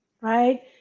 right